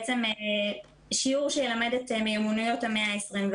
בעצם שיעור שילמד את מיומנות המאה ה-21,